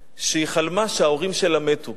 היא סיפרה לה לפני שבועיים שהיא חלמה שההורים שלה מתו.